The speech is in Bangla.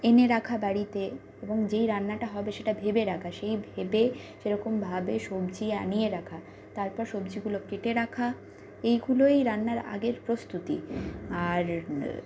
এনে রাখা বাড়িতে এবং যেই রান্নাটা হবে সেটা ভেবে রাখা সেই ভেবে সেরকম ভাবে সবজি আনিয়ে রাখা তারপর সবজিগুলো কেটে রাখা এইগুলোই রান্নার আগের প্রস্তুতি আর